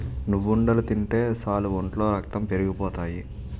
నువ్వుండలు తింటే సాలు ఒంట్లో రక్తం పెరిగిపోతాయి